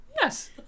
Yes